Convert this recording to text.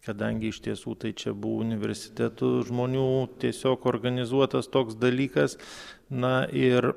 kadangi iš tiesų tai čia buvo universitetų žmonių tiesiog organizuotas toks dalykas na ir